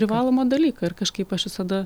privalomą dalyką ir kažkaip aš visada